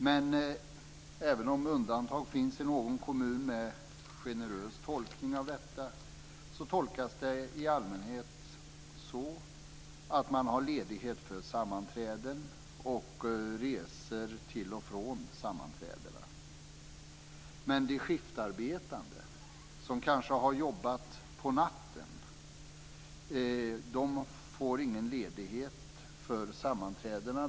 Men även om undantag finns i någon kommun med en generös tolkning av detta, tolkas det i allmänhet så att man har rätt till ledighet för sammanträden och resor till och från sammanträdena. De skiftarbetande som kanske har jobbat på natten får ingen ledighet för sammanträdena.